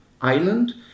island